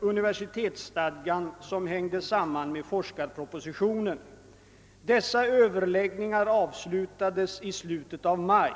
universitetsstadgan som hängde samman med forskarpropositionen. Dessa överläggningar avslutades i slutet av maj.